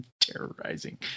terrorizing